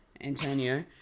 Antonio